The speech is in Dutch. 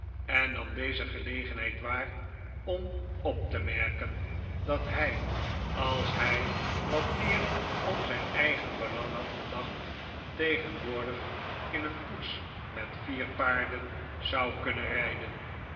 en nam deze gelegenheid waar om op te merken dat hij als hij wat meer om zijn eigen belang had gedacht tegenwoordig in een koets met vier paarden zou kunnen rijden